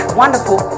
wonderful